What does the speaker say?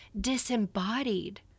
disembodied